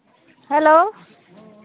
hello